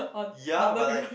ya but like